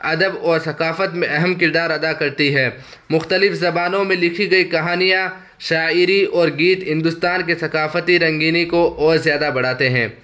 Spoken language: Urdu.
ادب اور ثقافت میں اہم کردار ادا کرتی ہے مختلف زبانوں میں لکھی گئی کہانیاں شاعری اور گیت ہندوستان کے ثقافتی رنگینی کو اور زیادہ بڑھاتے ہیں